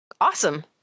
awesome